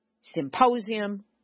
Symposium